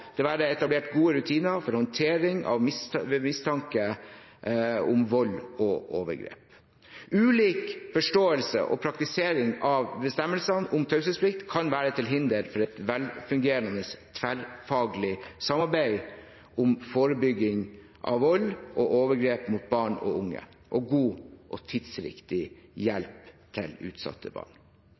det være etablert gode rutiner for håndtering av mistanke om vold og overgrep. Ulik forståelse og praktisering av bestemmelsene om taushetsplikt kan være til hinder for et velfungerende tverrfaglig samarbeid om forebygging av vold og overgrep mot barn og unge og god og tidsriktig hjelp til utsatte barn.